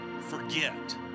forget